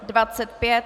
25.